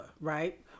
right